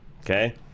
Okay